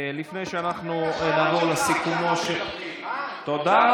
לפני שאנחנו נעבור לסיכומו של, איפה אתה,